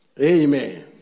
Amen